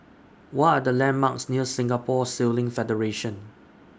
What Are The landmarks near Singapore Sailing Federation